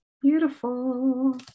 Beautiful